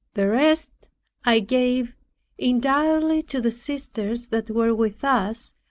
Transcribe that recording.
the rest i gave entirely to the sisters that were with us,